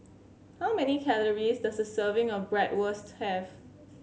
how many calories does a serving of Bratwurst have